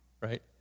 right